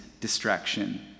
distraction